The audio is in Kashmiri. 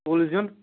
کُل زِیُن